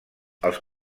els